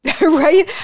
Right